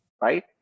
right